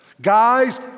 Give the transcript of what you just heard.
Guys